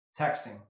Texting